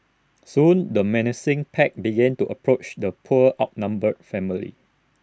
soon the menacing pack began to approach the poor outnumbered family